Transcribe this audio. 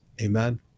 Amen